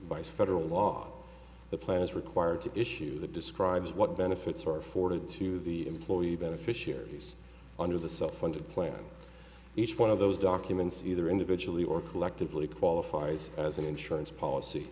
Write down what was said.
by federal law the plan is required to issue that describes what benefits are afforded to the employee beneficiaries under the self funded plan each one of those documents either individually or collectively qualifies as an insurance policy